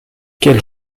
quelle